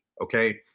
okay